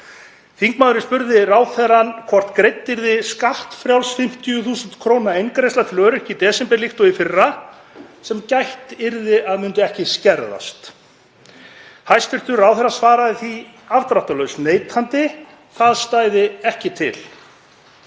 Þingmaðurinn spurði ráðherrann hvort greidd yrði skattfrjáls 50.000 kr. eingreiðsla til öryrkja í desember líkt og í fyrra sem gætt yrði að myndi ekki skerðast. Hæstv. ráðherra svaraði því afdráttarlaust neitandi. Það stæði ekki til.